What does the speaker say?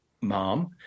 mom